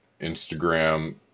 Instagram